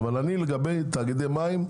אבל לגבי תאגידי מים,